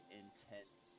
intense